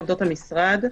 עובדות המשרד,